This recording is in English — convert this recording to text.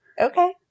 Okay